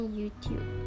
YouTube